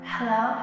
Hello